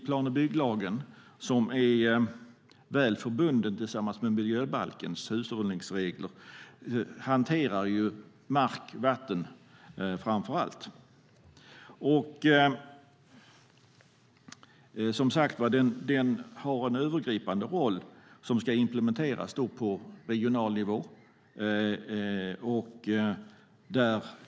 Plan och bygglagen, som är väl förbunden med miljöbalkens hushållningsregler, hanterar framför allt mark och vatten. Den har en övergripande roll som ska implementeras på regional nivå.